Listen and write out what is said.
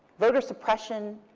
voter suppression